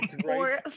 Four